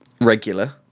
Regular